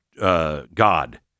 God